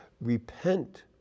REPENT